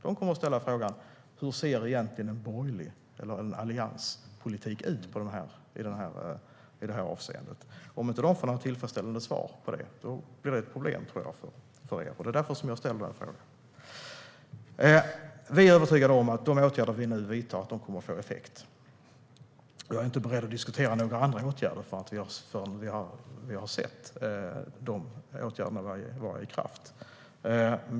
De kommer att ställa frågan: Hur ser egentligen en allianspolitik ut i det här avseendet? Om de inte får ett tillfredsställande svar på detta tror jag att det är ett problem för er, och det är därför jag ställer frågan. Vi är övertygade om att de åtgärder vi nu vidtar kommer att få effekt, och jag är inte beredd att diskutera några andra åtgärder förrän vi har sett dessa åtgärder vara i kraft.